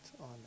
on